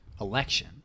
Election